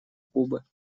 кубы